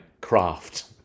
craft